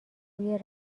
روی